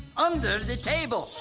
under the table.